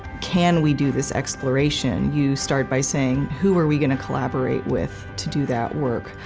can we do this exploration, you start by saying, who are we going to collaborate with to do that work,